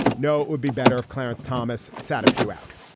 no it would be better if clarence thomas sat a few out.